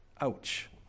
Ouch